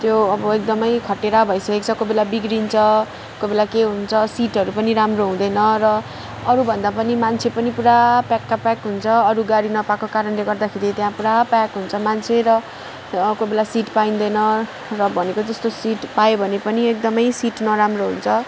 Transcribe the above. त्यो अब एकदम खटेरा भइसकेको छ कोइ बेला बिग्रन्छ कोही बेला के हुन्छ सिटहरू पनि राम्रो हुँदैन र अरू भन्दा पनि मान्छे पनि पुरा प्याका प्याक हुन्छ अरू गाडी नपाएको कारणले गर्दाखेरि त्यहाँ पुरा प्याक हुन्छ मान्छे र अब कोही बेला सिट पाइँदैन र भनेको जस्तो सिट पायो भयो पनि एकदम सिट नराम्रो हुन्छ